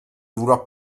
vouloir